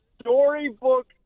storybook